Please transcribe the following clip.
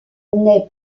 nait